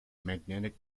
magnetic